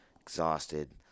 exhausted